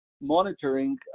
monitoring